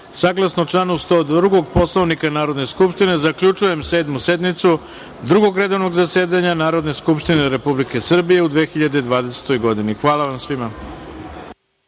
saglasno članu 102. Poslovnika Narodne skupštine, zaključujem Sedmu sednicu Drugog redovnog zasedanja Narodne skupštine Republike Srbije u 2020. godini.